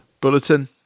Bulletin